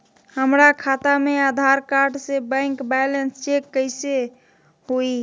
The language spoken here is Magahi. हमरा खाता में आधार कार्ड से बैंक बैलेंस चेक कैसे हुई?